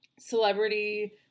celebrity